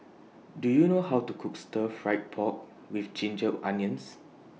Do YOU know How to Cook Stir Fried Pork with Ginger Onions